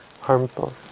harmful